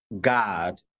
God